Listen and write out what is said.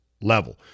level